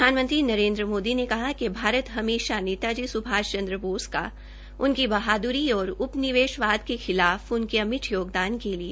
प्रधानमंत्री नरेन्द्र मोदी ने कहा कि भारत हमेशा नेता जी स्भाष चन्द्र बोस को उनकी बहाद्री और उप निवेशवाद के खिलाफ उनके अमिट योगदान के लिए आभारी रहेगा